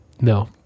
no